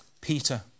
Peter